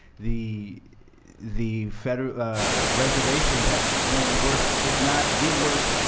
the the federal reservations have one of the worst, if not the worst,